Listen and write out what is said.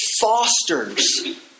Fosters